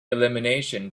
elimination